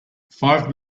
five